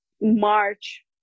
march